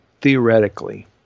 theoretically